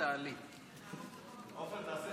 כבוד היושב-ראש,